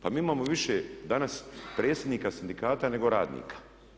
Pa mi imamo više danas predsjednika sindikata nego radnika.